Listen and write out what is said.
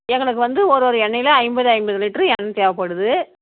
எங்களுக்கு வந்து ஒரொரு எண்ணெய்லயும் ஐம்பது ஐம்பது லிட்ரு எண்ணெய் தேவைப்படுது